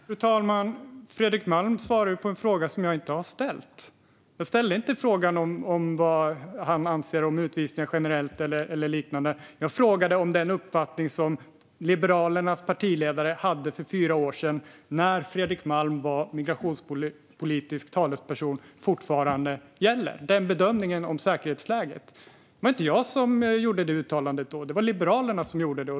Fru talman! Fredrik Malm svarar på en fråga som jag inte har ställt. Jag ställde ingen fråga om vad han anser om utvisningar generellt eller liknande. Jag frågade huruvida den uppfattning och den bedömning av säkerhetsläget som Liberalernas partiledare hade för fyra år sedan, när Fredrik Malm var migrationspolitisk talesperson, fortfarande gäller. Det var inte jag som gjorde det uttalandet då. Det var Liberalerna som gjorde det.